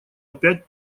опять